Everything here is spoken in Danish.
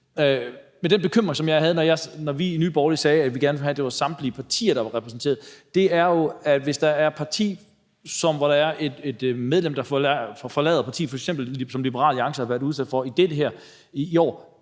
Men den bekymring, vi havde i Nye Borgerlige, når vi sagde, at vi gerne ville have, at det var samtlige partier, der var repræsenteret, går jo på, om et parti, hvor der er et medlem, der forlader partiet, som f.eks. Liberal Alliance har været udsat for i år,